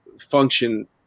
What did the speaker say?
function